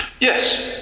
Yes